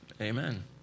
Amen